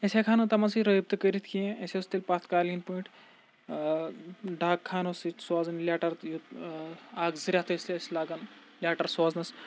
أسۍ ہیٚکہا نہٕ تمن سۭتۍ رٲبطہٕ کٔرِتھ کینٛہہ أسۍ ٲسۍ تیٚلہِ پتہٕ قالیٖن پٲٹھۍ ڈاک خانو سۭتۍ سوزان لٮ۪ٹر تہِ یُتھ اکھ زٕ رٮ۪تھ ٲسۍ تہِ ٲسۍ لگان لیٹر سوزنس